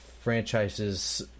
franchises